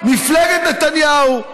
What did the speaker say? מפלגת נתניהו.